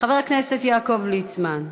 חבר הכנסת יעקב ליצמן,